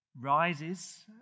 rises